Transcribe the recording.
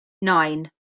nine